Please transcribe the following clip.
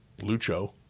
Lucho